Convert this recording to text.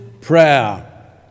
prayer